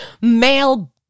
male